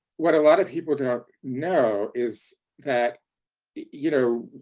what a lot of people don't know is that you know